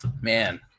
Man